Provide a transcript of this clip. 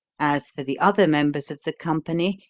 as for the other members of the company,